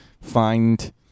find